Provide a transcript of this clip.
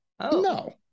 no